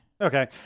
Okay